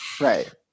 Right